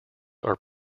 are